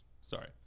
Sorry